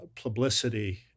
publicity